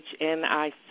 HNIC